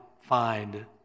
find